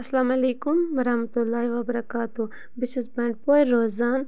السلامُ علیکُم وَرحمتہ اللہ وَبَرکاتُہ بہٕ چھس بنڈپورِ روزان